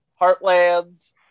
Heartland